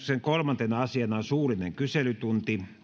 kolmantena asiana on suullinen kyselytunti